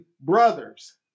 brothers